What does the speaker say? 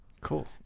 Cool